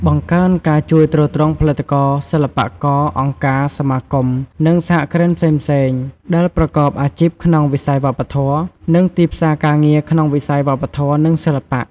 បង្កើនការជួយទ្រទ្រង់ផលិតករ សិល្បករ អង្គការ សមាគម និងសហគ្រិនផ្សេងៗដែលប្រកបអាជីពក្នុងវិស័យវប្បធម៌ និងទីផ្សារការងារក្នុងវិស័យវប្បធម៌ និងសិល្បៈ។